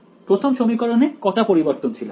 প্রথম সমীকরণে কটা পরিবর্তনশীল আছে